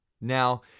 Now